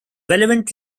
relevant